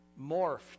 morphed